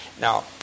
Now